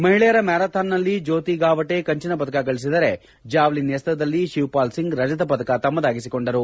ಮಹಿಳೆಯರ ಮ್ಯಾರಥಾನ್ ನಲ್ಲಿ ಜ್ಯೋತಿ ಗಾವಟೆ ಕಂಚಿನ ಪದಕ ಗಳಿಸಿದರೆ ಜಾವಲಿನ್ ಎಸೆತದಲ್ಲಿ ಶಿವಪಾಲ್ ಸಿಂಗ್ ರಜತ ಪದಕ ತಮ್ನದಾಗಿಸಿಕೊಂಡರು